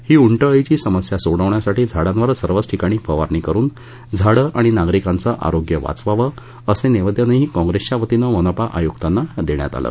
ही उंट अळीची समस्या सोडवण्यासाठी झाडांवर सर्वच ठिकाणी फवारणी करुन झाडं आणि नागरिकांचं आरोग्य वाचवावं असं निवेदनही काँप्रेसच्या वतीनं मनपा आयुक्तांना देण्यात आलं